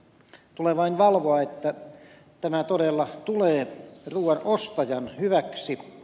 tulee vain valvoa että tämä todella tulee ruuan ostajan hyväksi